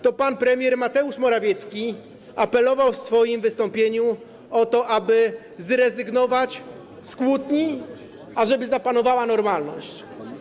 To pan premier Mateusz Morawiecki apelował w swoim wystąpieniu o to, aby zrezygnować z kłótni, żeby zapanowała normalność.